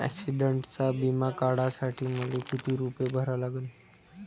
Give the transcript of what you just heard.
ॲक्सिडंटचा बिमा काढा साठी मले किती रूपे भरा लागन?